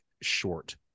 short